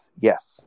yes